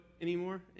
anymore